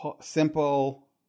simple